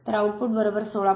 तर आउटपुट 16